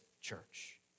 church